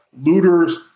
looters